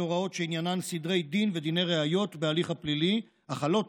הוראות שעניינן סדרי דין ודיני ראיות בהליך הפלילי החלות